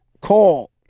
call